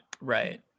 Right